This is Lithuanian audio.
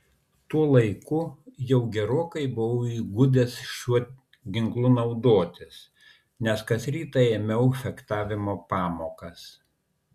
tuo laiku jau gerokai buvau įgudęs šiuo ginklu naudotis nes kas rytą ėmiau fechtavimo pamokas